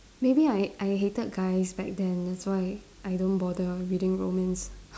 maybe I I hated guys back then that's why I don't bother reading romance